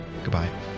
Goodbye